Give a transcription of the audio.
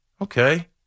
Okay